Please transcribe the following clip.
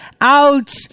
out